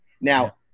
Now